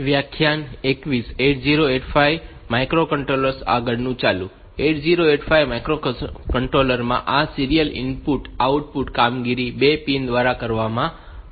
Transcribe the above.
8085 processor માં આ serial input output કામગીરી 2 પિન દ્વારા કરવામાં આવે છે